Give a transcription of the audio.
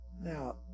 Now